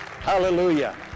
Hallelujah